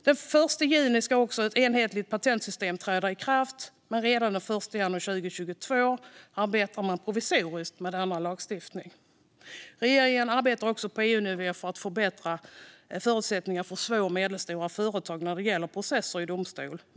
Den 1 juni ska också ett enhetligt patentsystem träda i kraft, men sedan den 1 januari 2022 arbetar man provisoriskt med denna lagstiftning. Regeringen arbetar också på EU-nivå med att få till bättre förutsättningar för små och medelstora företag när det gäller processer i domstol.